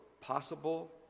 possible